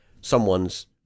someone's